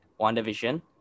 WandaVision